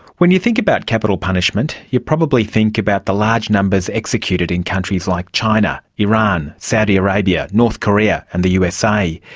when you think about capital punishment you probably think about the large numbers executed in countries like china, iran, saudi arabia, north korea and the usa.